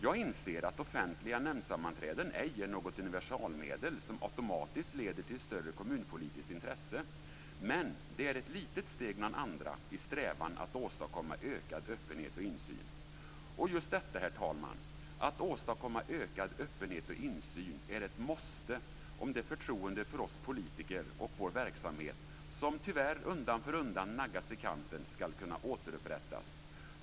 Jag inser att offentliga nämndsammanträden ej är något universalmedel som automatiskt leder till större kommunpolitiskt intresse, men det är ett litet steg bland andra i strävan att åstadkomma ökad öppenhet och insyn. Och just detta, herr talman, att åstadkomma ökad öppenhet och insyn är ett måste om det förtroende för oss politiker och vår verksamhet som tyvärr undan för undan naggats i kanten skall kunna återupprättas.